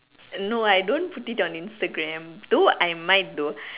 no I don't put it on Instagram though I might though